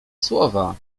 słowa